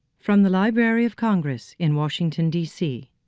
from the library of congress in washington, d c.